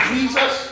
Jesus